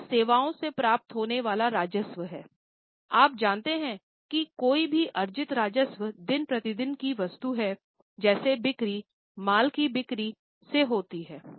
अगला सेवाओं से प्राप्त होने वाला राजस्व है आप जानते हैं कि कोई भी अर्जित राजस्व दिन प्रतिदिन की वस्तु है जैसे बिक्री माल की बिक्री से होती है